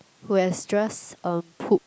who has just um poop